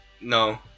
no